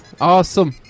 awesome